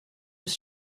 was